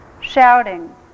shouting